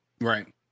right